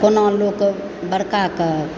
केना लोक बड़का कऽ